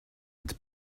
its